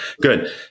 good